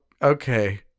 Okay